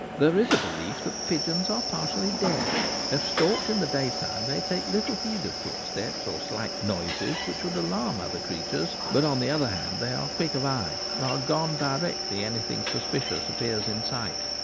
there is a be lief that pigeons are partially deaf. if stalked in the daytime they take little heed of footsteps or slight noises which would alarm other creatures but, on the other hand, they are quick of eye, and are gone directly anything suspicious appears in sight.